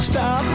Stop